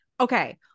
okay